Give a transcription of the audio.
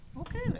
Okay